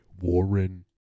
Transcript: warren